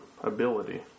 ability